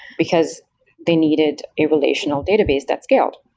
because they needed a relational database that scaled.